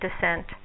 descent